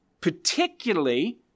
particularly